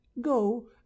go